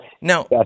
Now